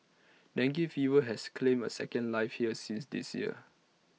dengue fever has claimed A second life here this this year